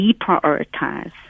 deprioritize